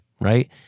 right